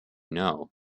know